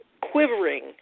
quivering